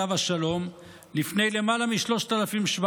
עליו השלום,